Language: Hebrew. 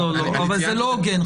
אבל זה לא הוגן.